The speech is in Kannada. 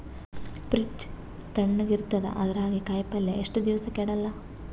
ಫ್ರಿಡ್ಜ್ ತಣಗ ಇರತದ, ಅದರಾಗ ಕಾಯಿಪಲ್ಯ ಎಷ್ಟ ದಿವ್ಸ ಕೆಡಲ್ಲ?